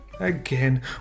Again